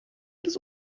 des